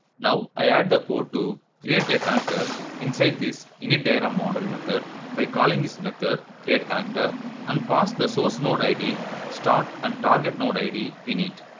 now i add the code to create connector inside this initdiagrammodel method by calling this method create connector and pass the source node id start and target node id init.